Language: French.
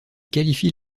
qualifie